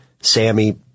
Sammy